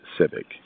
Civic